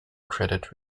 credit